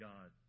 God